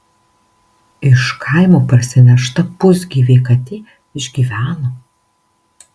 iš kaimo parsinešta pusgyvė katė išgyveno